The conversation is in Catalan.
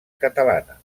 catalana